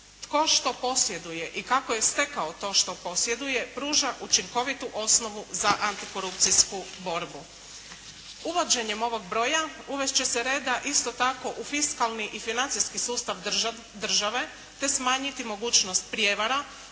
tko što posjeduje i kako je stekao to što posjeduje, pruža učinkovitu osnovu za antikorupcijsku borbu. Uvođenjem ovog broja uvesti će se reda isto tako u fiskalni i financijski sustav države te smanjiti mogućnost prijevara,